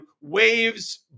waves